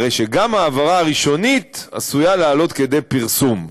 הרי שגם ההעברה הראשונית עשויה לעלות כדי פרסום,